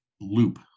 loop